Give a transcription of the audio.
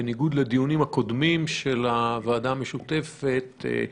בניגוד לדיונים הקודמים של הוועדה המשותפת,